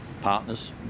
partners